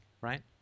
right